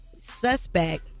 suspect